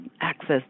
access